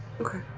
Okay